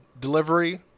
delivery